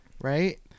right